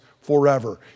forever